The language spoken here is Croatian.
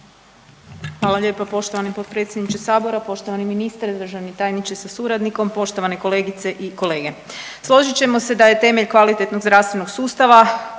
Hvala lijepa poštovani potpredsjedniče sabora. Poštovani ministre i državni tajniče sa suradnikom, poštovane kolegice i kolege, složit ćemo se da je temelj kvalitetnog zdravstvenog sustava